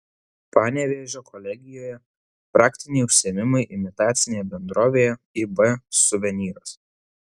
panevėžio kolegijoje praktiniai užsiėmimai imitacinėje bendrovėje ib suvenyras